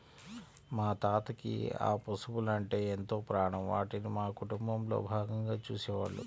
మా తాతకి ఆ పశువలంటే ఎంతో ప్రాణం, వాటిని మా కుటుంబంలో భాగంగా చూసేవాళ్ళు